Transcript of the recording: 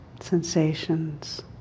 sensations